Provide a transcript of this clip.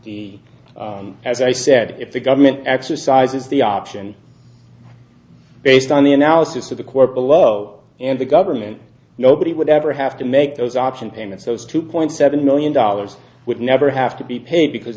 the as i said if the government exercises the option based on the analysis of the corps below and the government nobody would ever have to make those option payments those two point seven million dollars would never have to be paid because